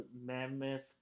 mammoth